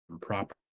proper